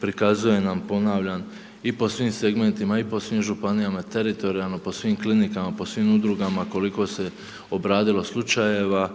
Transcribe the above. prikazuje nam ponavljam i po svim segmentima i po svim županijama, teritorijalno, po svim klinikama, po svim udrugama koliko se obradilo slučajeva,